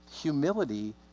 humility